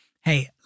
Hey